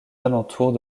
alentours